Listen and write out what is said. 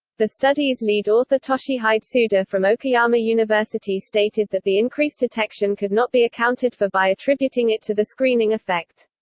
the study's lead author toshihide tsuda from okayama university stated that the increased detection could not be accounted for by attributing it to the screening effect.